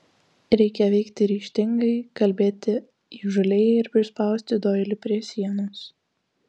reikia veikti ryžtingai kalbėti įžūliai ir prispausti doilį prie sienos